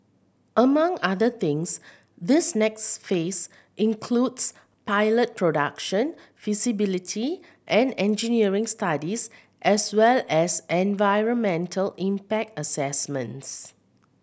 among other things this next phase includes pilot production feasibility and engineering studies as well as environmental impact assessments